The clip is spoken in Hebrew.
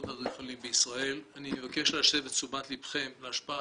אני אבקש להסב את תשומת ליבכם להשפעה